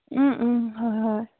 হয় হয়